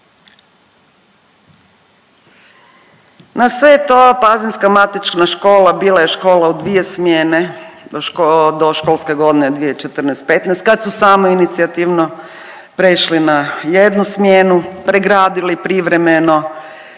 Na sve je to pazinska matična škola bila je škola u dvije smjene do školske godine 2014.-'15. kad su samoinicijativno prešli na jednu smjenu, pregradili privremeno,